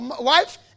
wife